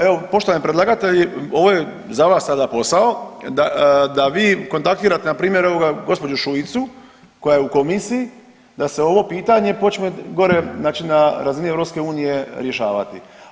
Evo, poštovani predlagatelji, ovo je za vas sada posao, da vi kontaktirate npr. evo ga, gđu. Šuicu koja je u Komisiji da se ovo pitanje počne gore, znači na razini EU rješavati.